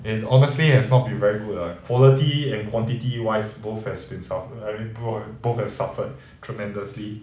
and honestly it has not be very good lah quality and quantity wise both at splits ah very poor both have suffered tremendously